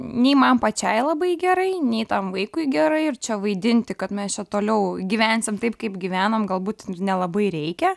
nei man pačiai labai gerai nei tam vaikui gerai ir čia vaidinti kad mes čia toliau gyvensim taip kaip gyvenom galbūt nelabai reikia